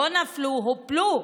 לא נפלו, הופלו,